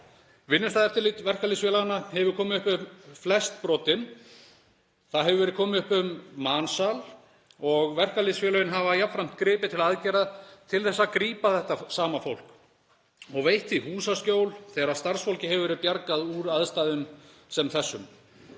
Vinnustaðaeftirlit verkalýðsfélaganna hefur komið upp um flest brotin. Það hefur verið komið upp um mansal og verkalýðsfélögin hafa jafnframt gripið til aðgerða til að grípa þetta sama fólk og veitt því húsaskjól þegar starfsfólki hefur verið bjargað úr aðstæðum sem þessum.